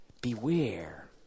Beware